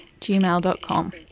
gmail.com